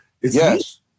yes